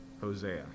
Hosea